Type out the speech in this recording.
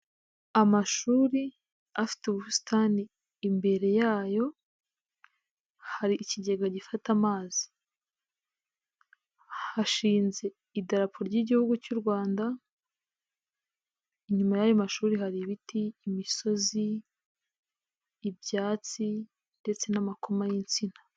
Amashuri afite ubusitani, imbere yayo hari ikigega gifata amazi, hashinze idarapo ry'igihugu cy'u Rwanda, inyuma y'ayo mashuri hari ibiti, imisozi, ibyatsi ndetse n'amakoma y'insina.